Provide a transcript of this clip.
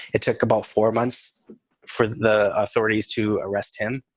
it took about four months for the authorities to arrest him.